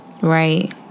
Right